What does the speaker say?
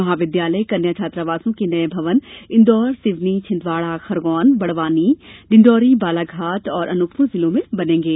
महाविद्यालय कन्या छात्रावासों के नये भवन इंदौर सिवनी छिंदवाड़ा खरगोन बड़वानी डिंडोरी बालाघाट और अनूपपुर जिलों में बनेंगे